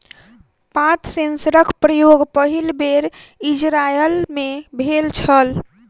पात सेंसरक प्रयोग पहिल बेर इजरायल मे भेल छल